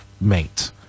mate